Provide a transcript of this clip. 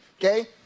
okay